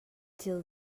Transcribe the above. till